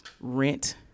rent